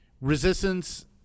Resistance